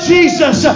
Jesus